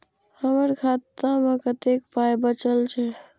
हमर खाता मे कतैक पाय बचल छै